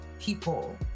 people